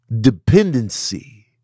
Dependency